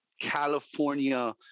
California